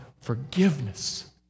forgiveness